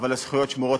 אבל הזכויות שמורות,